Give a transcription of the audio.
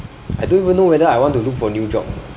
I don't even know whether I want to look for a new job